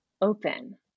open